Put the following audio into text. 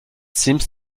seems